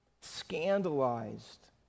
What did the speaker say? scandalized